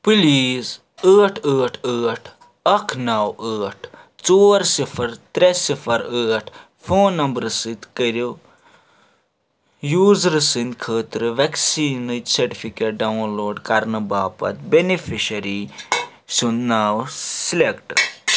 please ٲٹھ ٲٹھ ٲٹھ اَکھ نَو ٲٹھ ژور صِفر ترٛےٚ صِفَر ٲٹھ فون نمبرٕ سۭتۍ کٔریُو یوزٕرٕ سٕنٛدۍ خٲطرٕ ویکسِنینٕچ سرٹِفکیٹ ڈاؤن لوڈ کرنہٕ باپتھ بینِفیشرِی سُنٛد ناو سِلیکٹ